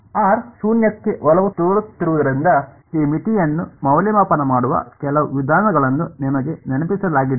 R ಶೂನ್ಯಕ್ಕೆ ಒಲವು ತೋರುತ್ತಿರುವುದರಿಂದ ಈ ಮಿತಿಯನ್ನು ಮೌಲ್ಯಮಾಪನ ಮಾಡುವ ಕೆಲವು ವಿಧಾನಗಳನ್ನು ನಿಮಗೆ ನೆನಪಿಸಲಾಗಿದೆಯೇ